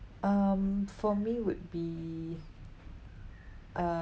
um for me would be uh